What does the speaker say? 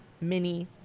mini